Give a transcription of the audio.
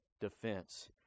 defense